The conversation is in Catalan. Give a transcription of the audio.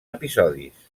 episodis